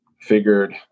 figured